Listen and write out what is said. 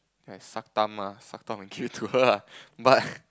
like suck thumb ah suck thumb and give it to her ah but